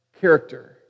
character